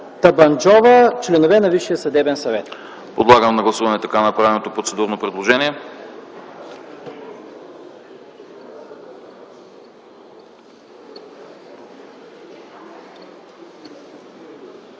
Табанджова – членове на Висшия съдебен съвет.